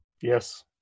Yes